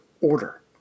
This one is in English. order